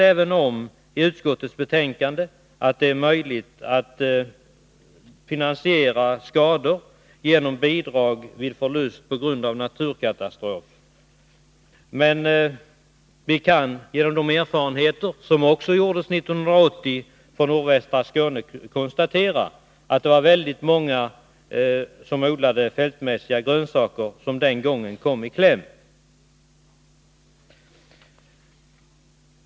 I utskottets betänkande talas det även om möjligheten att ersätta skador genom bidrag vid förlust på grund av naturkatastrof. Vi kan, genom de erfarenheter som också gjordes 1980 i nordvästra Skåne, konstatera att det var väldigt många som fältmässigt odlade grönsaker som den gången kom i kläm.